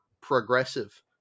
progressive